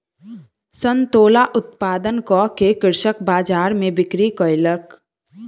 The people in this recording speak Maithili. संतोला उत्पादन कअ के कृषक बजार में बिक्री कयलक